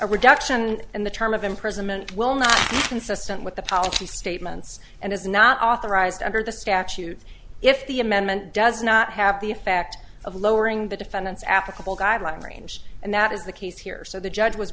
reduction in the term of imprisonment will not consistent with the policy statements and is not authorized under the statute if the amendment does not have the effect of lowering the defendant's applicable guideline range and that is the case here so the judge was